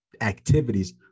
activities